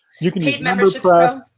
you can use memberpress.